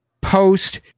post